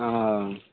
हँ